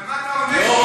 אבל מה אתה אומר נגד,